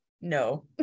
no